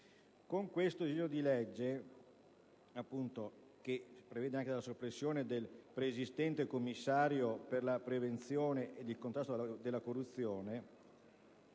Con questo disegno di legge, che prevede anche la soppressione del preesistente commissario per la prevenzione ed il contrasto della corruzione,